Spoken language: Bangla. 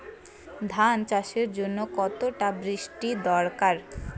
ধান চাষের জন্য কতটা বৃষ্টির দরকার?